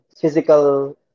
Physical